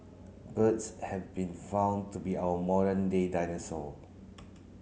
birds have been found to be our modern day dinosaur